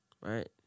Right